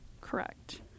Correct